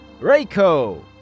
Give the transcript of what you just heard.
Rayco